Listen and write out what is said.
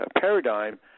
paradigm